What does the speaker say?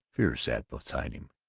fear sat beside him,